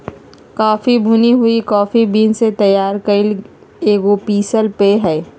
coffee भुनी हुई coffee beans से तैयार कइल गेल एगो पीसल पेय हइ